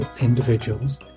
individuals